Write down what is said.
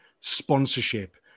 sponsorship